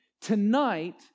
Tonight